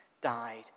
died